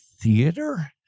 Theater